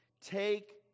take